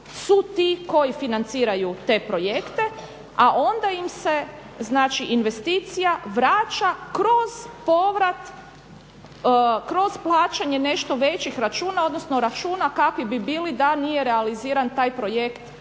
su ti koji financiraju te projekte, a onda im se znači investicija vraća kroz povrat, kroz plaćanje nešto većih računa, odnosno računa kakvi bi bili da nije realiziran taj projekt